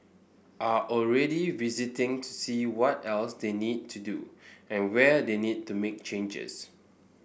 are already visiting to see what else they need to do and where they need to make changes